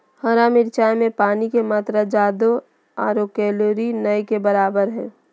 हरा मिरचाय में पानी के मात्रा ज्यादा आरो कैलोरी नय के बराबर हइ